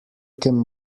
can